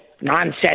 Nonsense